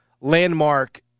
landmark